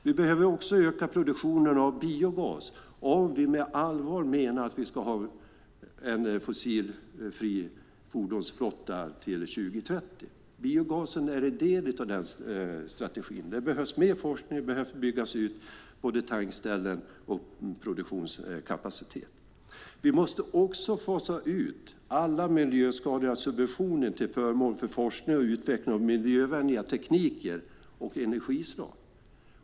Vi behöver öka produktionen av biogas om vi menar allvar med att vi ska ha en fossilfri fordonsflotta till 2030. Biogasen är en del av den strategin. Det behövs mer forskning, och det behöver byggas ut både tankställen och produktionskapacitet. Vi måste fasa ut alla miljöskadliga subventioner till förmån för forskning och utveckling av miljövänliga tekniker och energislag.